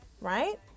right